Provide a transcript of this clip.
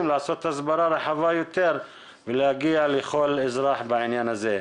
לעשות הסברה רחבה יותר ולהגיע לכל אזרח בעניין הזה.